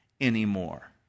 anymore